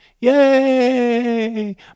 Yay